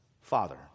Father